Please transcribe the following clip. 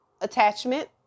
attachment